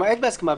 למעט בהסכמה.